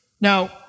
Now